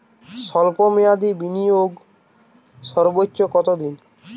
স্বল্প মেয়াদি বিনিয়োগ সর্বোচ্চ কত দিন?